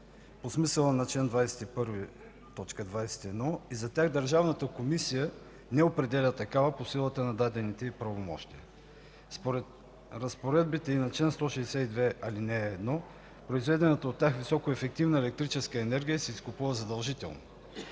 по смисъла на чл. 21, т. 21 и за тях Държавната комисия не определя такава по силата на дадените й правомощия. Според разпоредбите на чл. 162, ал. 1 произведената от тях високоефективна електрическа енергия се изкупува задължително.